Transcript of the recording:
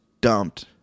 dumped